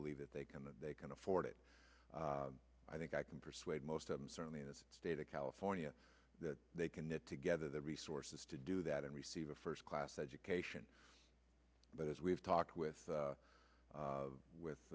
believe that they can that they can afford it i think i can persuade most of them certainly in this state of california that they can knit together the resources to do that and receive a first class education but as we've talked with